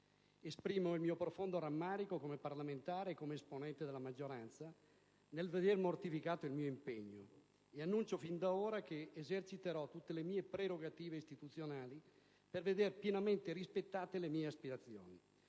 Esprimo il mio profondo rammarico come parlamentare e come esponente della maggioranza nel vedere mortificato il mio impegno e annuncio fin da ora che eserciterò tutte le mie prerogative istituzionali per vedere pienamente rispettate le mie aspirazioni.